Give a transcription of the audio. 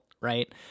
Right